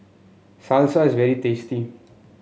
salsa is very tasty